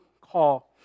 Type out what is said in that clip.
call